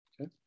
Okay